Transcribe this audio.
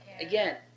Again